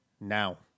now